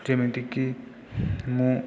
ଯେମିତିକି ମୁଁ